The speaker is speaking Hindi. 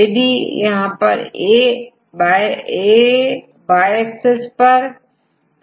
जैसे यहांAIKTLVAATAVऔर y axis पे AIKLVAAITA है